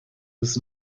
was